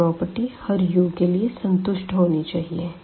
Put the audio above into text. यह प्रॉपर्टी हर u के लिए संतुष्ट होनी चाहिए